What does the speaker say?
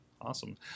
Awesome